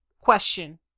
question